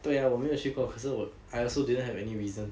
对呀我没有去过可是我 I also didn't have any reason